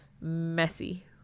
messy